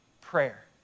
prayer